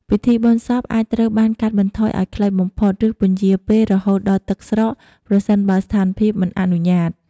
ពិធីបុណ្យសពអាចត្រូវបានកាត់បន្ថយឲ្យខ្លីបំផុត ឬពន្យារពេលរហូតដល់ទឹកស្រក ប្រសិនបើស្ថានភាពមិនអនុញ្ញាត។